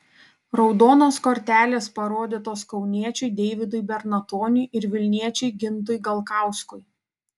raudonos kortelės parodytos kauniečiui deividui bernatoniui ir vilniečiui gintui galkauskui